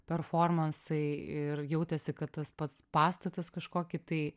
performansai ir jautėsi kad tas pats pastatas kažkokį tai